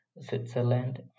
Switzerland